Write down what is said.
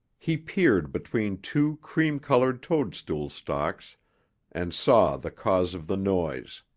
he peered between two cream-colored toadstool stalks and saw the cause of the noise.